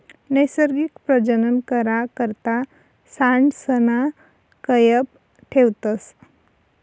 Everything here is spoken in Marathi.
नैसर्गिक प्रजनन करा करता सांडसना कयप ठेवतस